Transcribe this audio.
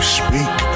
speak